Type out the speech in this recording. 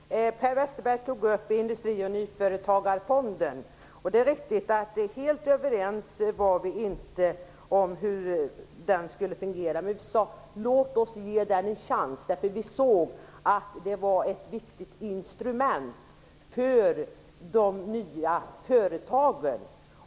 Herr talman! Per Westerberg tog upp Industri-och nyföretagarfonden. Det är riktigt att vi inte var helt överens om hur den skulle fungera, men vi sade att vi borde ge den en chans, eftersom vi såg att det var ett viktigt instrument för de nya företagen.